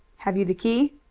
have you the key?